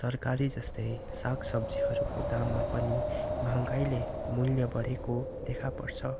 तरकारी जस्तै साग सब्जीहरूको दाममा पनि महँगाइले मूल्य बढेको देखा पर्छ